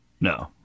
No